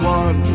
one